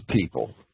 people